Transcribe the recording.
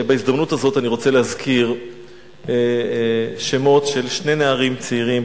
בהזדמנות הזו אני רוצה להזכיר שמות של שני נערים צעירים,